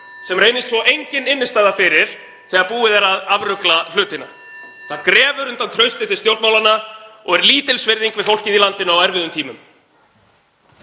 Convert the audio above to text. sem reynist svo engin innstæða fyrir þegar búið er að afrugla hlutina. (Forseti hringir.) Það grefur undan trausti til stjórnmálanna og er lítilsvirðing við fólkið í landinu á erfiðum tímum.